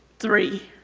three.